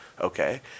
Okay